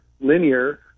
linear